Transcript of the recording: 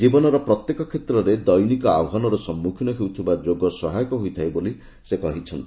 ଜୀବନର ପ୍ରତ୍ୟେକ କ୍ଷେତ୍ରରେ ଦୈନିକ ଆହ୍ନାନର ସମ୍ମଖୀନ ହେବା ପାଇଁ ଯୋଗ ସହାୟକ ହୋଇଥାଏ ବୋଲି ସେ କହିଚ୍ଚନ୍ତି